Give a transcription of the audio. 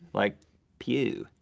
like pew.